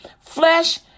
flesh